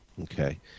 Okay